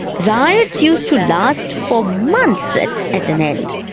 riots used to last for months at at an end,